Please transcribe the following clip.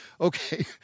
Okay